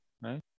right